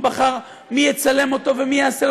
הוא בחר מי יצלם אותו ומי יעשה,